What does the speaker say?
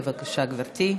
בבקשה, גברתי.